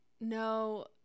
no